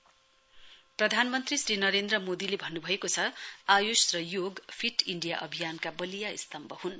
PM Ayush yoga प्रधानमन्त्री श्री नरेन्द्र मोदीले भन्नुभएको छ आयुष र योग फिट इण्डिया अभियानका बलिया स्तम्भ हुन्